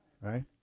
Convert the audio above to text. right